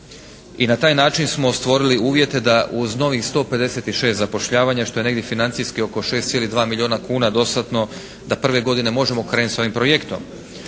i na taj način smo stvorili uvjete da uz novih 156 zapošljavanja što je negdje financijski oko 6,2 milijuna kuna dostatno da prve godine možemo krenuti s ovim projektom.